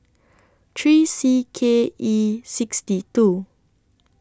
three C K E sixty two